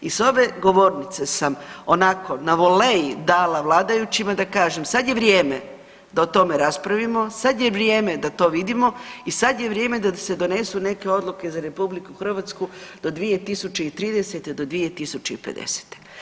I s ove govornice sam onako na volley dala vladajućima da kažem sad je vrijeme da o tome raspravimo, sad je vrijeme da to vidimo i sad je vrijeme da se donesu neke odluke za RH do 2030. do 2050.